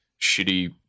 shitty